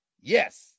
yes